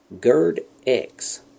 GERD-X